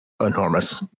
Enormous